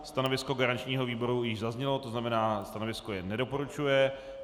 Stanovisko garančního výboru již zaznělo, to znamená, stanovisko je nedoporučuje.